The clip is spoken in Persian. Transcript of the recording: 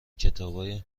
کتابای